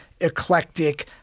eclectic